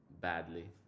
Badly